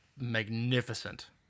magnificent